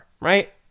right